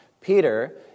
Peter